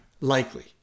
Likely